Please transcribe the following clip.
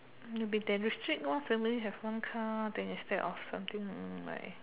uh big then restrict loh family have one car then instead of something like